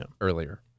earlier